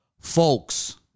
Folks